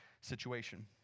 situation